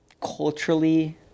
culturally